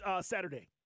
Saturday